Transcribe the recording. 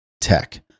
Tech